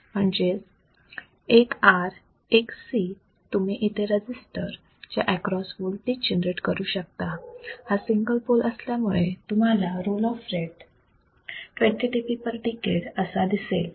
म्हणजेच 1 R 1 C तुम्ही इथे रजिस्टर च्या एक्रॉस वोल्टेज जनरेट करू शकता हा सिंगल पोल असल्यामुळे तुम्हाला roll off rate 20 dB per decade असा दिसेल